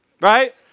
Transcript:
right